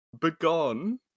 Begone